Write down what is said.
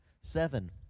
Seven